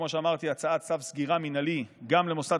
כמו שאמרתי: הוצאת צו סגירה מינהלי גם למוסד